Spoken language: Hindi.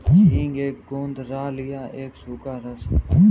हींग एक गोंद राल या एक सूखा रस है